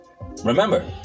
Remember